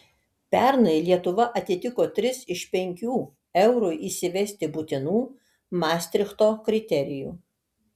pernai lietuva atitiko tris iš penkių eurui įsivesti būtinų mastrichto kriterijų